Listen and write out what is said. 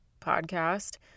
podcast